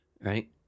right